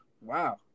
Wow